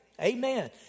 Amen